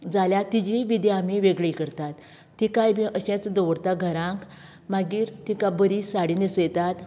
जाल्यार तिजी विधी आमी वेगळी करतात तिकाय बी अशेंच दवरता घरांक मागीर तिका बरी साडी न्हेसयतात